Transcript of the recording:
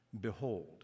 Behold